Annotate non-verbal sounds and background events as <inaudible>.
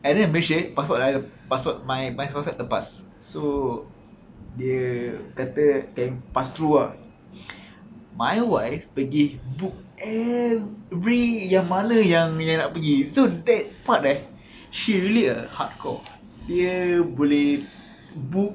and then at malaysia passport I my passport lepas so dia kata can pass through ah <breath> my wife pergi book every yang mana yang nak pergi so that part eh she really a hardcore dia boleh book